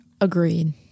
agreed